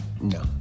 No